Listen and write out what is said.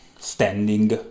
standing